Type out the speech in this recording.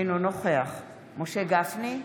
אינו נוכח משה גפני,